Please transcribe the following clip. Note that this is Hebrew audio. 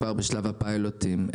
כבר בשלב הפיילוטים,